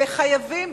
וחייבים,